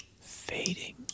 fading